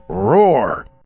Roar